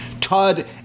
Todd